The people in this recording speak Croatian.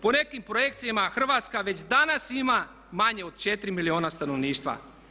Po nekim projekcijama Hrvatska već danas ima manje od 4 milijuna stanovnika.